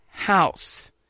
house